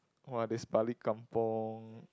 !wah! there's balik kampung